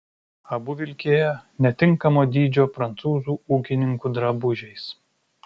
abu vilkėjo netinkamo dydžio prancūzų ūkininkų drabužiais